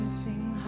sing